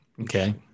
Okay